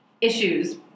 issues